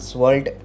world